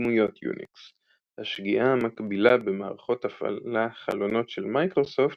ודמויות יוניקס; השגיאה המקבילה במערכות הפעלה חלונות של מיקרוסופט,